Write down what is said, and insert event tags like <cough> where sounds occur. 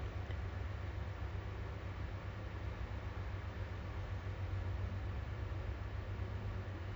<laughs> no lah also no pressure for me cause I prefer kalau boleh nak habiskan sekolah dulu then